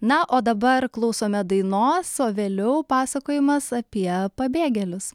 na o dabar klausome dainos o vėliau pasakojimas apie pabėgėlius